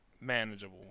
Manageable